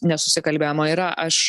nesusikalbėjimo yra aš